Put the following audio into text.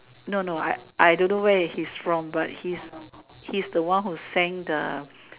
no no I I don't know where he's from but his he's the one who sang the